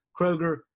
Kroger